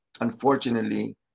unfortunately